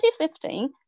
2015